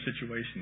situation